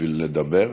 בשביל לדבר.